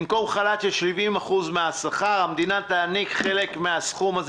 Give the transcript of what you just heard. במקום חל"ת של 70% מהשכר המדינה תעניק חלק מהסכום הזה